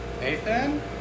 Nathan